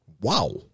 Wow